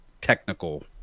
technical